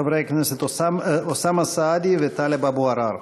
לחברי הכנסת אוסאמה סעדי וטלב אבו עראר.